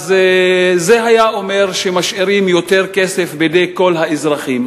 זה היה אומר שמשאירים יותר כסף בידי כל האזרחים,